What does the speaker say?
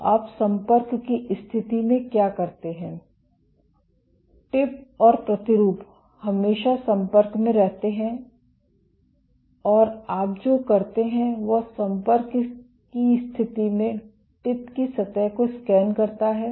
तो आप संपर्क की स्थिति में क्या करते हैं टिप और प्रतिरूप हमेशा संपर्क में रहते हैं और आप जो करते हैं वह संपर्क की स्थिति में टिप की सतह को स्कैन करता है